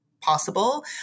possible